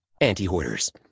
Anti-Hoarders